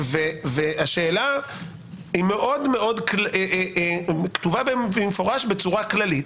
השאלה היא כתובה במפורש בצורה כללית.